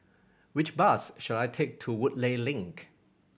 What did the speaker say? which bus should I take to Woodleigh Link